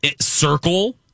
circle